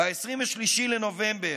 ב-23 בנובמבר,